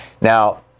Now